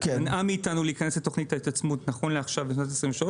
שמנעה מאתנו להיכנס לתוכנית ההתעצמות נכון לעכשיו לשנת 23,